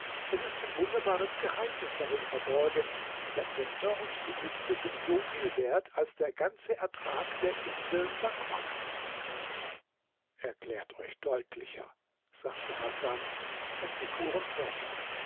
es ist ein wunderbares geheimnis darin verborgen der zepter und die mütze sind soviel wert als der ganze ertrag der inseln wak wak erklärt euch deutlicher sagte hasan und sie fuhren fort